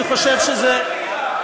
לא רצית להיות שר הקליטה.